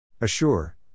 Assure